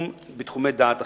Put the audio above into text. בתחומי דעת אחרים.